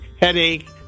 headache